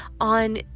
on